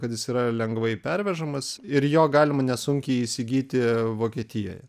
kad jis yra lengvai pervežamas ir jo galima nesunkiai įsigyti vokietijoje